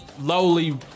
lowly